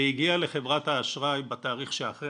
והגיעה לחברת האשראי בתאריך שאחרי